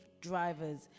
drivers